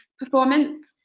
performance